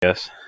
yes